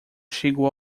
chegou